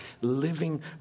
living